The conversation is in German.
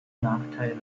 nachteile